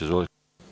Izvolite.